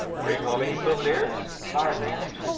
bring home any souvenirs? myers asked.